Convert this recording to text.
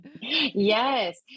Yes